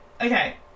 okay